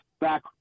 back